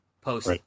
post